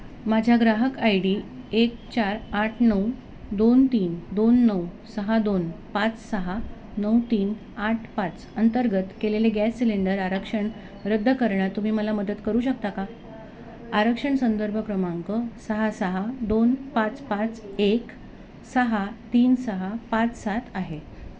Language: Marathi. माझ्या ग्राहक आय डी एक चार आठ नऊ दोन तीन दोन नऊ सहा दोन पाच सहा नऊ तीन आठ पाच अंतर्गत केलेले गॅस सिलेंडर आरक्षण रद्द करण्यात तुम्ही मला मदत करू शकता का आरक्षण संदर्भ क्रमांक सहा सहा दोन पाच पाच एक सहा तीन सहा पाच सात आहे